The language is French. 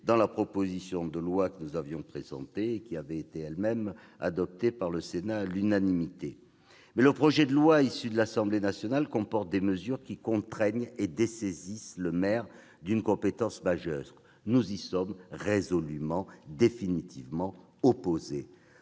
dans la proposition de loi que nous avions présentée et que le Sénat avait adoptée à l'unanimité. Mais le projet de loi issu de l'Assemblée nationale comporte des mesures qui contraignent et dessaisissent le maire d'une compétence majeure. Nous y sommes résolument, définitivement opposés.